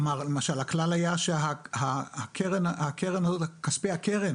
למשל הכלל היה שכספי הקרן